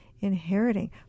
inheriting